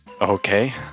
Okay